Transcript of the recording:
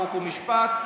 חוק ומשפט.